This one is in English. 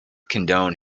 condone